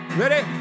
ready